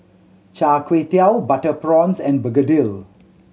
Char Kway Teow butter prawns and begedil